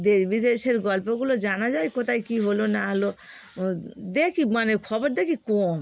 দেশ বিদেশের গল্পগুলো জানা যায় কোথায় কী হলো না হলো দেখি মানে খবর দেখি কম